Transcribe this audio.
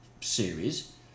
series